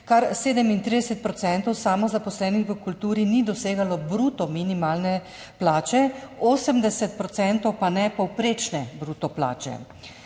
kar 37 % samozaposlenih v kulturi ni dosegalo bruto minimalne plače, 80 % pa ne povprečne bruto plače.